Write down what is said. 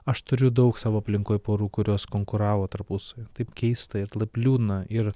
aš turiu daug savo aplinkoj porų kurios konkuravo tarpusavy taip keista ir taip liūdna ir